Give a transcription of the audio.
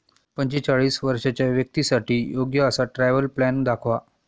पंचेचाळीस वर्षांच्या व्यक्तींसाठी योग्य असा ट्रॅव्हल प्लॅन दाखवा